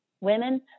women